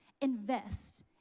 invest